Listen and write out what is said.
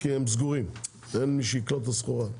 כי הם סגורים ואין מי שיקלוט את הסחורה.